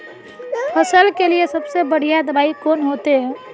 फसल के लिए सबसे बढ़िया दबाइ कौन होते?